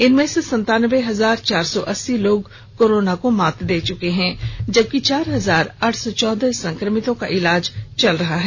इनमें से संतान्बे हजार चार सौ अस्सी लोग कोरोना को मात दे चुके हैं जबकि चार हजार आठ सौ चौदह संक्रमितों का इलाज चल रहा है